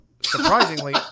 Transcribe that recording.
surprisingly